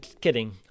kidding